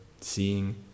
Seeing